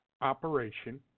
operation